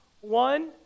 One